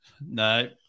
No